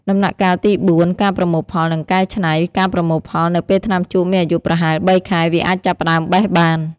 ដំណាក់កាលទី ៤ ការប្រមូលផល និងកែច្នៃ ការប្រមូលផល នៅពេលថ្នាំជក់មានអាយុប្រហែល ៣ ខែ វាអាចចាប់ផ្ដើមបេះបាន។